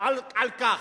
על כך,